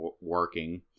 working